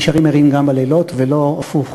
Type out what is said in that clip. נשארים ערים גם בלילות ולא הפוך,